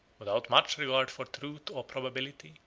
without much regard for truth or probability,